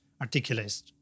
articulates